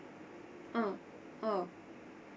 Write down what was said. ah ah